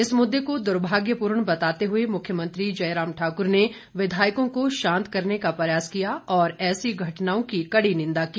इस मुद्दे को दुर्भाग्यपूर्ण बताते हुए मुख्यमंत्री जयराम ठाकुर ने विधायकों को शांत करने का प्रयास किया और ऐसी घटनाओं की कड़ी निंदा की